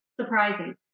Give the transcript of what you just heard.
surprising